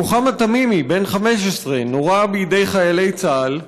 מוחמד תמימי, בן 15, נורה בידי חיילי צה"ל.